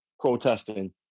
protesting